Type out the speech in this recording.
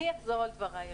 אני אחזור על דבריי.